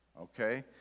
okay